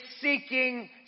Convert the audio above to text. seeking